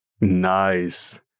Nice